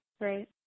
Right